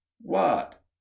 What